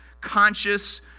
conscious